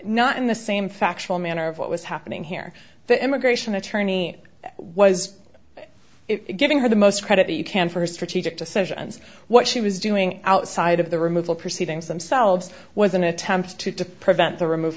not in the same factual manner of what was happening here the immigration attorney was it giving her the most credit you can for her strategic decisions what she was doing outside of the removal proceedings themselves was an attempt to prevent the remov